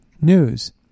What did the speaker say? news